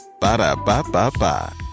Ba-da-ba-ba-ba